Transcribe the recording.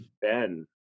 Ben